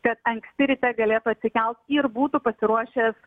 kad anksti ryte galėtų atsikelt ir būtų pasiruošęs